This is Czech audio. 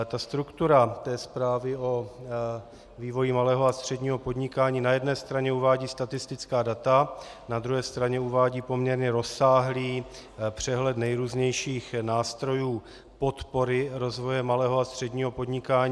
Ta struktura té zprávy o vývoji malého a středního podnikání na jedné straně uvádí statistická data, na druhé straně uvádí poměrně rozsáhlý přehled nejrůznějších nástrojů podpory rozvoje malého a středního podnikání.